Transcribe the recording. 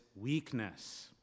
weakness